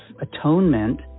atonement